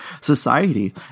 society